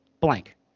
blank